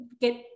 get